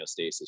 homeostasis